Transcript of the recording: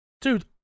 dude